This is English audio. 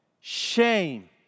shame